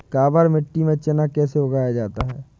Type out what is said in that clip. काबर मिट्टी में चना कैसे उगाया जाता है?